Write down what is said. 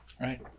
Right